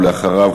ואחריו,